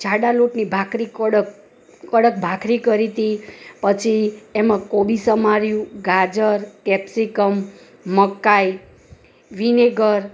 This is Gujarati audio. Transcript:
જાડા લોટની ભાખરી કડક કડક ભાખરી કરી હતી પછી એમાં કોબી સમાર્યુ ગાજર કેપ્સિકમ મકાઈ વિનેગર